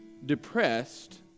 depressed